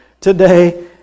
today